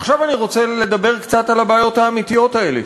עכשיו אני רוצה לדבר קצת על הבעיות האמיתיות האלה,